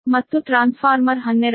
ಮತ್ತು ಟ್ರಾನ್ಸ್ಫಾರ್ಮರ್ 12